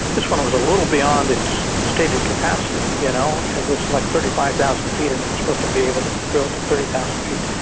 this one was a little beyond its stated capacity, you know, it was like thirty five thousand feet and it was supposed to be able to drill to thirty thousand feet.